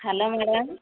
hello madam